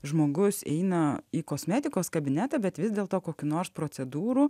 žmogus eina į kosmetikos kabinetą bet vis dėl to kokių nors procedūrų